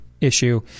issue